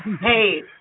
hey